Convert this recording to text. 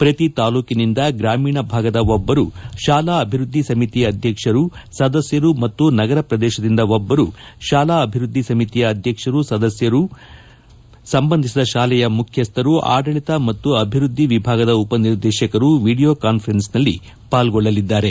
ಪ್ರತಿ ತಾಲೂಕೆನಿಂದ ಗ್ರಾಮೀಣ ಭಾಗದ ಒಬ್ಬರು ಶಾಲಾ ಅಭಿವೃದ್ಧಿ ಸಮಿತಿ ಅಧ್ಯಕ್ಷರು ಸದಸ್ಕರು ಮತ್ತು ನಗರ ಪ್ರದೇಶದಿಂದ ಒಬ್ಬರು ಶಾಲಾ ಅಭಿವೃದ್ಧಿ ಸಮಿತಿಯ ಅಧ್ವಕ್ಷರು ಸದಸ್ಕರು ಸಂಬಂಧಿಸಿದ ಶಾಲೆಯ ಮುಖ್ಯಸ್ಥರು ಆಡಳಿತ ಮತ್ತು ಅಭಿವೃದ್ಧಿ ವಿಭಾಗದ ಉಪನಿರ್ದೇಶಕರು ವಿಡಿಯೋ ಕಾನ್ಫರೆನ್ಸ್ ನಲ್ಲಿ ಪಾಲ್ಗೊಳ್ಳಲಿದ್ದಾರೆ